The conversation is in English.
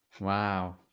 Wow